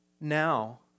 now